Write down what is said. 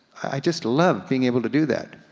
i just love being able to do that,